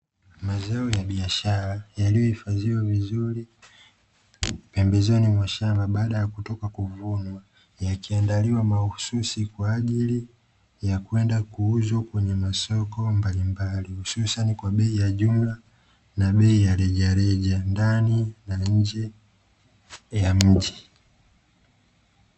Mazao ya biashara yaliyohifadhiwa vizuri pembezoni mwa shamba baada ya kutoka kuvunwa, yakiandaliwa kwa ajili ya kwenda kuuzwa kwenye masoko mbalimbali hususani kwa bei ya jumla na bei ya rejareja, ndani na nje ya nchi.